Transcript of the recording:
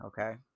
okay